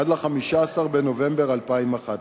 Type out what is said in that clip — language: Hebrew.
עד 15 בנובמבר 2011,